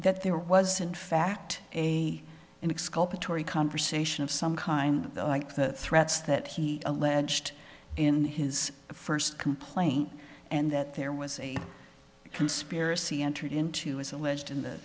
that there was in fact a exculpatory conversation of some kind of like the threats that he alleged in his first complaint and that there was a conspiracy entered into as a